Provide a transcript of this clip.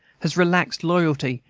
has relaxed loyalty,